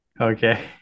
Okay